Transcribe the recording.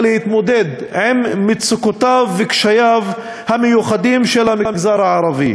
להתמודד עם מצוקותיו וקשייו המיוחדים של המגזר הערבי.